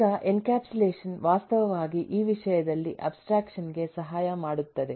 ಈಗ ಎನ್ಕ್ಯಾಪ್ಸುಲೇಷನ್ ವಾಸ್ತವವಾಗಿ ಈ ವಿಷಯದಲ್ಲಿ ಅಬ್ಸ್ಟ್ರಾಕ್ಷನ್ ಗೆ ಸಹಾಯ ಮಾಡುತ್ತದೆ